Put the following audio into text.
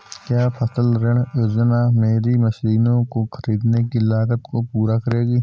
क्या फसल ऋण योजना मेरी मशीनों को ख़रीदने की लागत को पूरा करेगी?